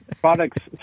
products